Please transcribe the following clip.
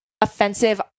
offensive